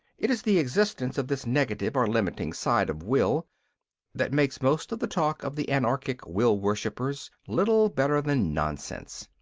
it is the existence of this negative or limiting side of will that makes most of the talk of the anarchic will-worshippers little better than nonsense.